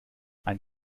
ein